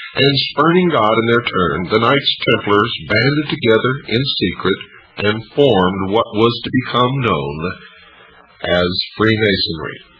and spurning god in their turn, the knights templars banded together in secret and formed what was to become known as freemasonry.